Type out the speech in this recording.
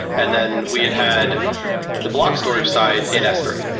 and then we had had the block storage side in s three.